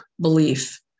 belief